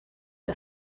der